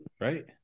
right